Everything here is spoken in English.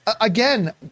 Again